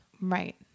Right